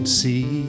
see